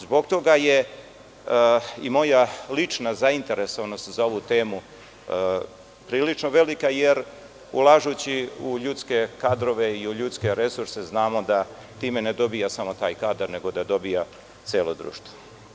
Zbog toga je i moja lična zainteresovanost za ovu temu prilično velika, jer ulažući u ljudske kadrove i ljudske resurse znamo da time ne dobija samo taj kadar nego da dobijai celo društvo.